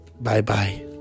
bye-bye